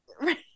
Right